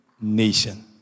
nation